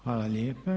Hvala lijepa.